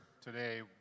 today